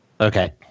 Okay